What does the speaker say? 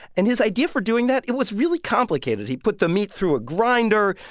and his idea for doing that, it was really complicated. he put the meat through a grinder,